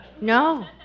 No